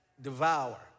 devour